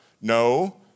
no